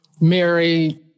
Mary